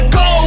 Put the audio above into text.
go